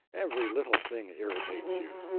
every little thing irritates you.